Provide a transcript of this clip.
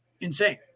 insane